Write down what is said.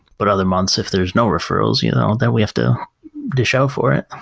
but other months if there's no referrals you know that we have to do show for it